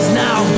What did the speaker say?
now